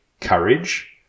courage